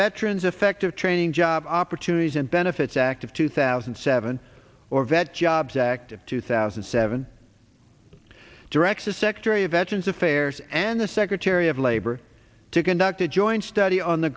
veterans effective training job opportunities and benefits act of two thousand and seven or vet jobs act of two thousand and seven directs the secretary of veterans affairs and the secretary of labor to conduct a joint study on the